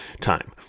time